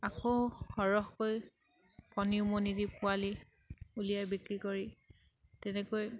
আকৌ সৰহকৈ কণী উমনি দি পোৱালি উলিয়াই বিক্ৰী কৰি তেনেকৈ